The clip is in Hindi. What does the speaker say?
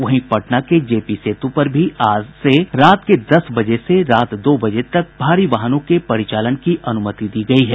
वहीं पटना के जे पी सेतु पर भी आज से रात के दस बजे से रात दो बजे तक ही भारी वाहनों के परिचालन की अनुमति दी गयी है